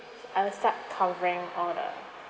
I'll start covering all the